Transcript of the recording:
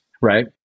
right